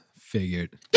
figured